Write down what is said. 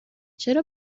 چرا